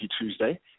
Tuesday